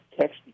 text